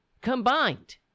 Combined